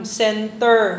center